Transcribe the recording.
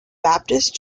baptist